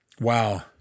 Wow